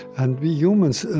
and we humans,